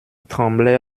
tremblait